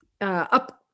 up